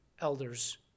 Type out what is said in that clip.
elders